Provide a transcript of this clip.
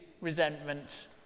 resentment